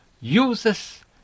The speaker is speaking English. uses